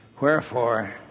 Wherefore